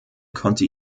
konnte